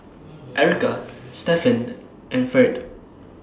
Erika Stefan and Ferd